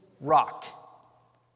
rock